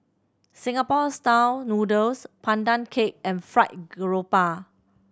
Singapore Style Noodles Pandan Cake and fried grouper